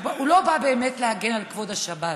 הוא לא בא באמת להגן על כבוד השבת,